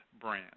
brand